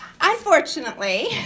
Unfortunately